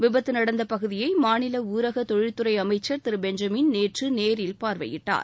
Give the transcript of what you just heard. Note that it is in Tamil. விபத்து நடந்த பகுதியை மாநில ஊரக தொழில்துறை அமைச்சர் திருபெஞ்சமீன் நேற்று நேரில் பார்வையிட்டார்